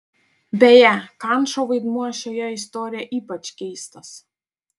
beje kančo vaidmuo šioje istorijoje ypač keistas